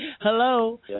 Hello